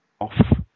off